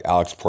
Alex